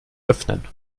öffnen